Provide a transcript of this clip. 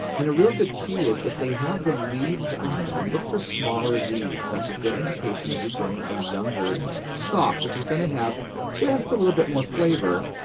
and a real good key is if they have the leaves on them, look for smaller leaves. that's a good indication that you're getting a younger stalk, which is going to have just a little bit more flavor,